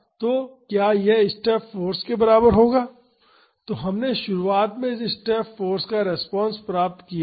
तो क्या यह स्टेप फाॅर्स के बराबर होगा तो हमने शुरुआत में इस स्टेप फाॅर्स का रिस्पांस प्राप्त किया था